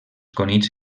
conills